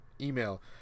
email